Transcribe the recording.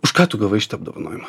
už ką tu gavai šitą apdovanojimą